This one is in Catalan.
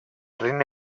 regne